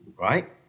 right